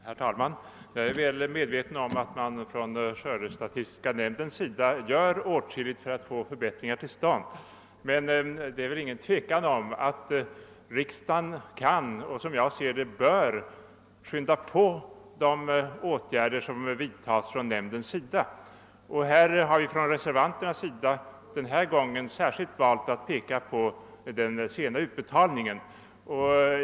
Herr talman! Jag är väl medveten om att skördestatistiska nämnden gör åtskilligt för att få förbättringar till stånd. Men det råder väl inte något tvivel om att riksdagen kan och — som jag ser det — bör skynda på de åtgärder som nämnden vidtar. Vi reservanter har den här gången valt att peka på den sena utbetalningen.